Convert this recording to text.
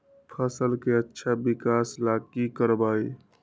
फसल के अच्छा विकास ला की करवाई?